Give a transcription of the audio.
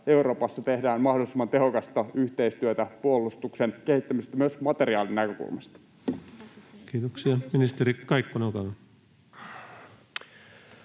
Euroopassa tehdään mahdollisimman tehokasta yhteistyötä puolustuksen kehittämisessä myös materiaalin näkökulmasta? Kiitoksia. — Ministeri Kaikkonen, olkaa